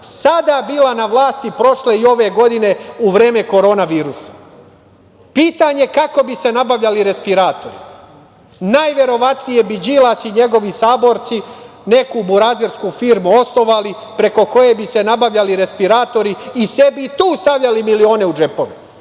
sada bila na vlasti, prošle i ove godine, u vreme korona virusa? Pitanje je kako bi se nabavljali respiratori. Najverovatnije bi Đilas i njegovi saborci neku burazersku firmu osnovali, preko koje bi se nabavljali respiratori i sebi tu stavljali milione u džepove,